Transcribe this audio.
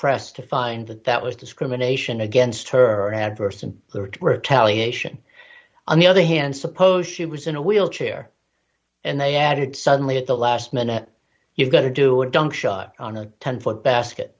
pressed to find that that was discrimination against her and adverse to retaliate on the other hand suppose she was in a wheelchair and they added suddenly at the last minute you've got to do a dunk shot on a ten foot basket